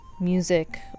music